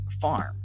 farm